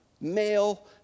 male